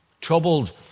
Troubled